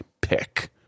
pick